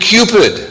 Cupid